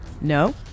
no